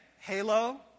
Halo